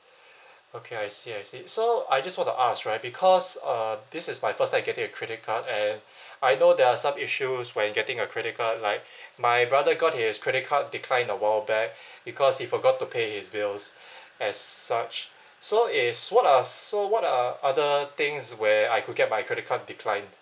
okay I see I see so I just want to ask right because uh this is my first time getting a credit card and I know there are some issues when getting a credit card like my brother got his credit card declined a while back because he forgot to pay his bills as such so is what are so what are other things where I could get my credit card declined